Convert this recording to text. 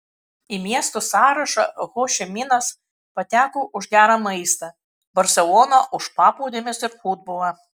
į miestų sąrašą ho ši minas pateko už gerą maistą barselona už paplūdimius ir futbolą